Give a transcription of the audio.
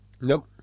Nope